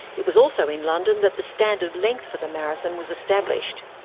it was also in london that the standard length for the marathon was established.